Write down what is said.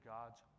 God's